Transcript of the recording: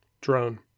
Drone